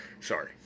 Sorry